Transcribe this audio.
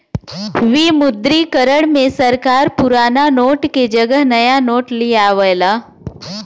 विमुद्रीकरण में सरकार पुराना नोट के जगह नया नोट लियावला